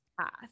path